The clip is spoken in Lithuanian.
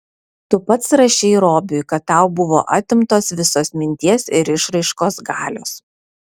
tu pats rašei robiui kad tau buvo atimtos visos minties ir išraiškos galios